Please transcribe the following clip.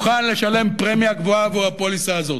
הוא מוכן לשלם פרמיה גבוהה עבור הפוליסה הזאת,